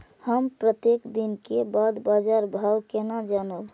हम प्रत्येक दिन के बाद बाजार भाव केना जानब?